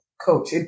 Coach